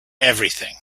everything